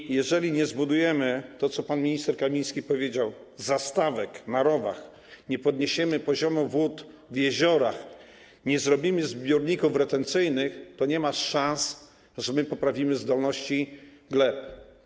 I jeżeli nie zbudujemy - to, co pan minister Kamiński powiedział - zastawek na rowach, nie podniesiemy poziomu wód w jeziorach, nie zrobimy zbiorników retencyjnych, to nie ma szans na to, że my poprawimy zdolności gleb.